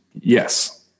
yes